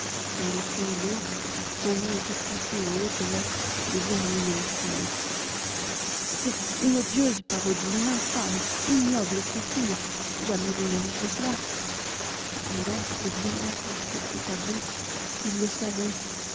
dans le coin gauche son nom était tracé en hautes lettres de vermillon pur c'était une odieuse parodie une infâme ignoble satire jamais il n'avait fait cela cependant c'était bien là son propre tableau il le savait